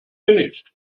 finished